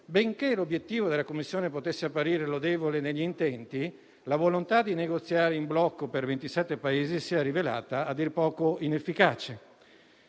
Benché l'obiettivo della Commissione potesse apparire lodevole negli intenti, la volontà di negoziare in blocco per 27 Paesi si è rivelata a dir poco inefficace.